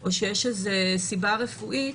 או שיש איזו סיבה רפואית,